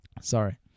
Sorry